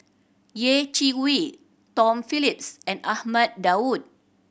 Yeh Chi Wei Tom Phillips and Ahmad Daud